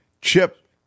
chip